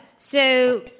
so,